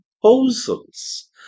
proposals